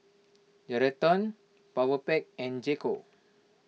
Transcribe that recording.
Geraldton Powerpac and J Co